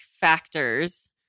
factors